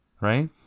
right